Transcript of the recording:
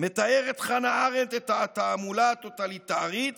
מתארת חנה ארנדט את התעמולה הטוטליטרית